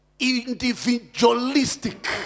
Individualistic